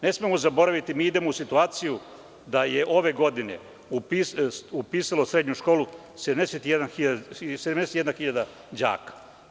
Ne smemo zaboraviti, mi idemo u situaciju da je ove godine upisalo srednju školu 71.000 đaka.